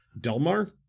Delmar